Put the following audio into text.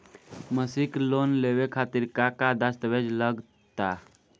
मसीक लोन लेवे खातिर का का दास्तावेज लग ता?